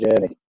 journey